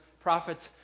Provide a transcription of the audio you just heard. prophets